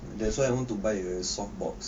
that's why I want to buy a soft box